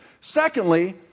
secondly